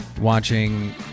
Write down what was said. watching